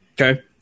Okay